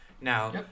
Now